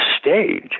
stage